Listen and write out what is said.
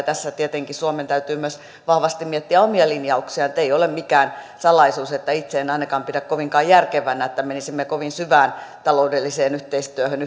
tässä tietenkin suomen täytyy myös vahvasti miettiä omia linjauksiaan ei ole mikään salaisuus että itse en ainakaan pidä kovinkaan järkevänä että menisimme kovin syvään taloudelliseen yhteistyöhön